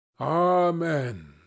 Amen